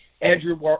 Andrew